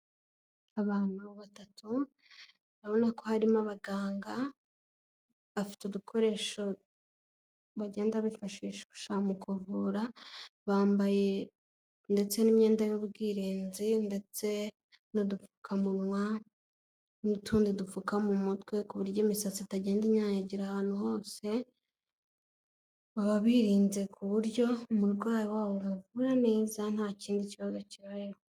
Abantu batatu barabona ko harimo abaganga bafite udukoresho bagenda bifashi mu kuvura, bambaye ndetse n'imyenda y'ubwirinzi ndetse n'udupfukamunwa n'utundi dupfuka mu mutwe ku buryo imisatsi itagenda inyanyagira ahantu hose, baba birinze ku buryo umurwayi wabo bamuvura neza nta kindi kibazo.